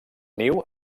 niu